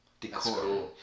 decor